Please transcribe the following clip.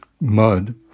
mud